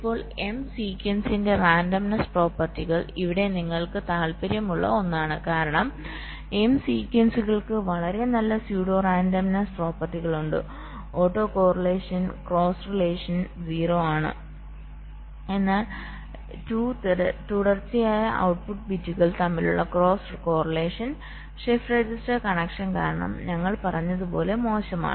ഇപ്പോൾ m സീക്വൻസിന്റെ randomness പ്രോപ്പർട്ടികൾ ഇവിടെ നിങ്ങൾക്ക് താൽപ്പര്യമുള്ള ഒന്നാണ് കാരണം m സീക്വൻസുകൾക്ക് വളരെ നല്ല സ്യുഡോ റാൻഡമ്നെസ്സ് പ്രോപ്പർട്ടികൾ ഉണ്ട് ഓട്ടോ കോറിലേഷൻ ക്രോസ് കോറിലേഷൻ 0 ആണ് എന്നാൽ 2 തുടർച്ചയായ ഔട്ട്പുട്ട് ബിറ്റുകൾ തമ്മിലുള്ള cross correlation shift register connection കാരണം ഞങ്ങൾ പറഞ്ഞതുപോലെ മോശമാണ്